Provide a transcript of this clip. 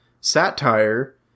satire